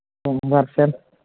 conversion